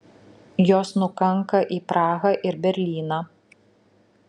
jos nukanka į prahą ir berlyną